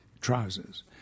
trousers